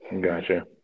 Gotcha